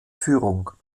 führung